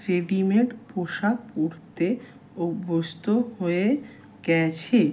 readymade পোশাক পরতে অভ্যস্ত হয়ে গেছে